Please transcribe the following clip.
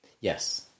Yes